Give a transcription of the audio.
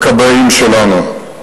הכבאים שלנו.